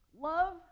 love